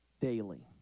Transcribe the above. daily